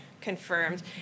confirmed